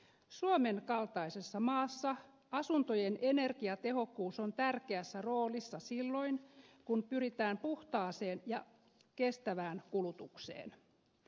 suomen kaltaisessa maassa asuntojen energiatehokkuus on tärkeässä roolissa silloin kun pyritään puhtaaseen ja kestävään kulutukseen